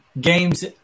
games